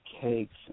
cakes